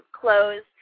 clothes